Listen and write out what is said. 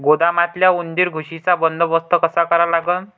गोदामातल्या उंदीर, घुशीचा बंदोबस्त कसा करा लागन?